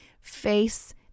face